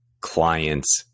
client's